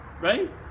right